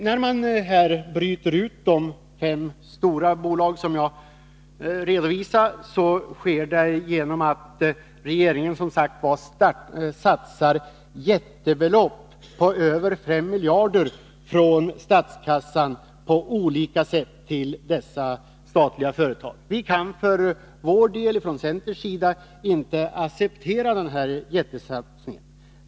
När man bryter ut de fem stora bolag som jag redovisat sker det genom att regeringen, som jag redan nämnt, på olika sätt satsar jättebelopp ur statskassan — över 5 miljarder —- på dessa statliga företag. Vi kan från centerns sida inte acceptera denna jättesatsning.